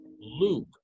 Luke